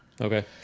okay